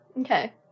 Okay